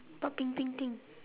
what pink pink thing